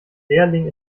lehrling